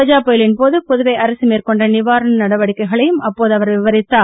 கஜா புயலின் போது புதுவை அரசுமேற்கொண்ட நிவாரண நடவடிக்கைகளையும் அப்போது அவர் விவரித்தார்